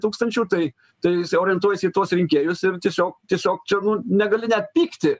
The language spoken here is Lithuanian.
tūkstančių tai tai jis orientuojasi į tuos rinkėjus ir tiesiog tiesiog čia nu negali net pykti